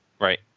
Right